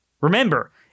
Remember